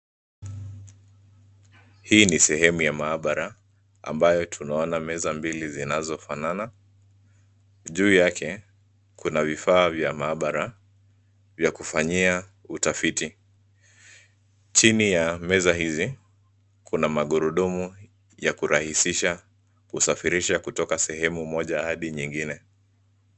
Hii ni sehemu ya maabara ambayo tunaona meza mbili zinazofanana. Juu yake kuna vifaa vya maabara vya kufanyia utafiti. Chini ya meza hizi, kuna magurudumu ya kurahisisha kusafirisha kutoka sehemu moja hadi nyingine.